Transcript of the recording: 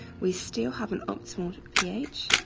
we still have an optimal ph.